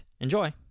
Enjoy